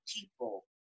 people